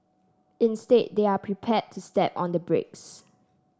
instead they're prepared to step on the brakes